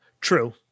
True